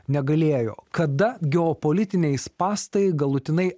negalėjo kada geopolitiniai spąstai galutinai